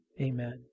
amen